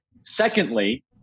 Secondly